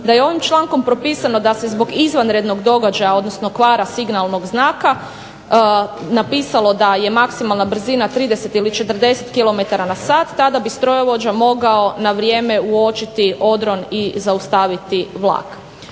Da je ovim člankom propisano da se zbog izvanrednog događaja odnosno kvara signalnog znaka napisalo da je maksimalna brzina 30 ili 40km/s tada bi strojovođa mogao na vrijeme uočiti odron i zaustaviti vlak.